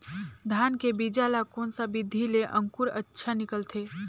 धान के बीजा ला कोन सा विधि ले अंकुर अच्छा निकलथे?